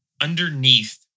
underneath